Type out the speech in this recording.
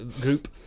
group